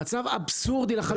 מצב אבסורדי לחלוטין,